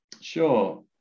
sure